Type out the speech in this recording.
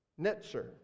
netzer